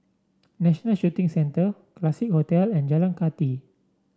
National Shooting Centre Classique Hotel and Jalan Kathi